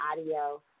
audio